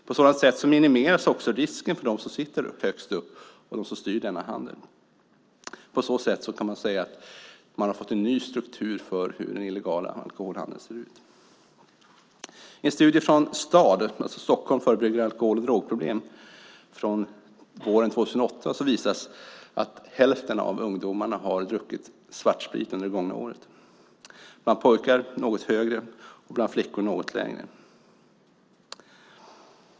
På det sättet minimeras också risken för dem som sitter högst upp och som styr denna handel. På så sätt kan man säga att vi har fått en ny struktur för hur den illegala alkoholhandeln ser ut. En studie från STAD - Stockholm förebygger alkohol och drogproblem - från våren 2008 visar att hälften av ungdomarna har druckit svartsprit under det gångna året. Bland pojkar är siffran något högre och bland flickor något lägre.